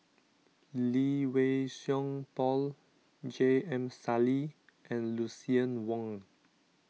Lee Wei Song Paul J M Sali and Lucien Wang